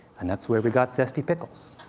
and that's where we got zesty pickles.